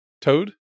toad